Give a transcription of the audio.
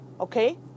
okay